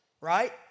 right